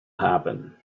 happen